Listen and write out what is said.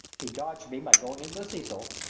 he dodged me by going into the cecil,